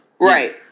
Right